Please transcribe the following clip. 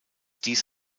dies